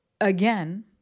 Again